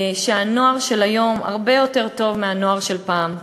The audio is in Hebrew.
שהנוער של היום הרבה יותר טוב מהנוער של פעם.